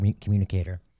communicator